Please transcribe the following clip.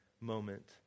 moment